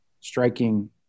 striking